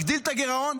נגדיל את הגירעון,